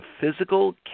physical